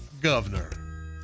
governor